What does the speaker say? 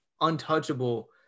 untouchable